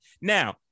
now